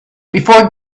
before